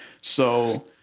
So-